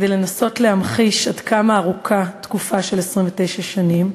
כדי לנסות להמחיש עד כמה ארוכה תקופה של 29 שנים,